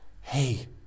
hey